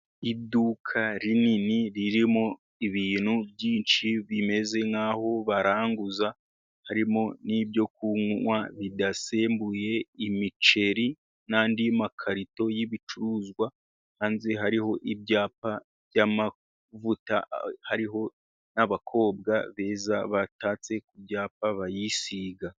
Iduka rinini ririmo ibintu byinshi bimeze nk'aho baranguza, harimo n'ibyo kunywa bidasembuye, imiceri n'andi makarito y'ibicuruzwa, hanze hariho ibyapa by'amavuta, hariho n'abakobwa beza batatse ku byapa bayisiga.